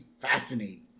fascinating